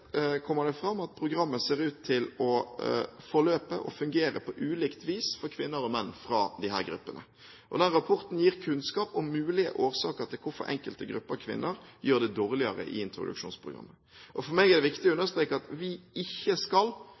kommer det fram at programmet ser ut til å forløpe og fungere på ulikt vis for kvinner og menn fra disse gruppene. Rapporten gir kunnskap om mulige årsaker til hvorfor enkelte grupper kvinner gjør det dårligere i introduksjonsprogrammet. Det er viktig for meg å understreke at vi ikke skal